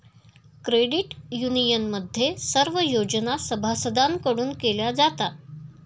credit युनियनमध्ये सर्व योजना सभासदांकडून केल्या जातात